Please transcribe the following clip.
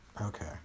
okay